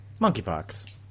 monkeypox